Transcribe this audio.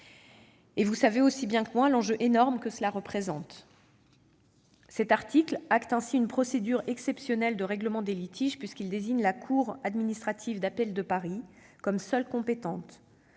Vous savez aussi bien que moi l'enjeu énorme que cela représente. Cet article acte ainsi une procédure exceptionnelle de règlement des litiges, puisqu'il désigne la cour administrative d'appel de Paris comme seule compétente.